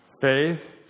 Faith